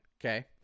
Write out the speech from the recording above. Okay